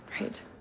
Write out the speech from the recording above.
Right